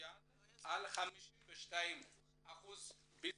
צוין על 52% ביצוע.